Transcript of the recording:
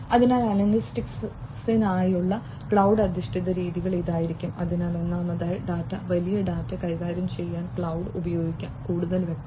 അതിനാൽ അനലിറ്റിക്സിനായുള്ള ക്ലൌഡ് അധിഷ്ഠിത രീതികൾ ഇതായിരിക്കും അതിനാൽ ഒന്നാമതായി ഡാറ്റ വലിയ ഡാറ്റ കൈകാര്യം ചെയ്യാൻ ക്ലൌഡ് ഉപയോഗിക്കാം കൂടുതൽ വ്യക്തമായി